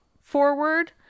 forward